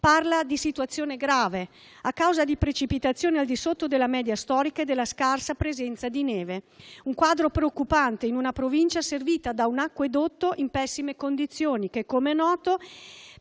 parla di situazione grave, a causa di precipitazioni al di sotto della media storica e della scarsa presenza di neve. È un quadro preoccupante, in una provincia servita da un acquedotto in pessime condizioni che - come noto